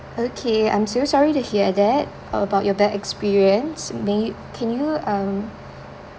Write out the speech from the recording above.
okay I'm so sorry to hear that about your bad experience may can you um